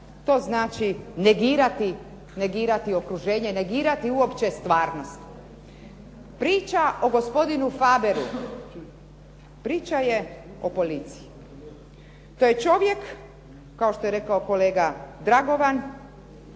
to znači negirati okruženje, negirati uopće stvarnost. Priča o gospodinu Faberu priča je o policiji. To je čovjek kao što je rekao kolega Dragovan